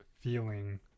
feeling